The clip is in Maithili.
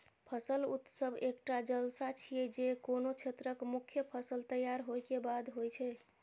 फसल उत्सव एकटा जलसा छियै, जे कोनो क्षेत्रक मुख्य फसल तैयार होय के बाद होइ छै